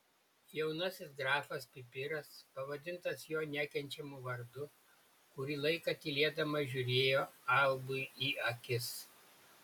jaunasis grafas pipiras pavadintas jo nekenčiamu vardu kurį laiką tylėdamas žiūrėjo albui į akis